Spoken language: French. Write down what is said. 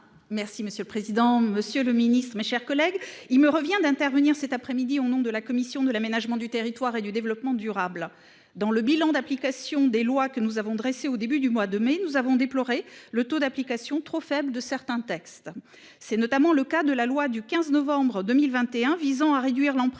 Merci monsieur le président, Monsieur le Ministre, mes chers collègues, il me revient d'intervenir cet après-midi au nom de la commission de l'aménagement du territoire et du développement durable dans le bilan d'application des lois que nous avons dressé au début du mois de mai, nous avons déploré le taux d'application trop faible de certains textes. C'est notamment le cas de la loi du 15 novembre 2021, visant à réduire l'empreinte